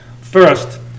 first